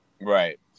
Right